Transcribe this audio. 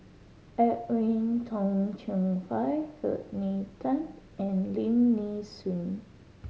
Edwin Tong Chun Fai Rodney Tan and Lim Nee Soon